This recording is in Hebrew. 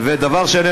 ודבר שני,